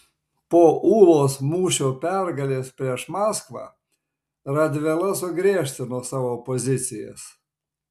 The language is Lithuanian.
po ūlos mūšio pergalės prieš maskvą radvila sugriežtino savo pozicijas